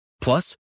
Plus